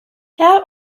how